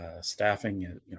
staffing